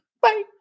Bye